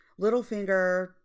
Littlefinger